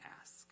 ask